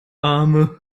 arme